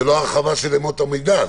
זאת לא הרחבה של אמות המידה,